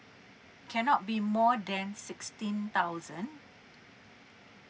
cannot be more than sixteen thousand